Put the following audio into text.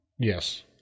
Yes